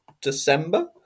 December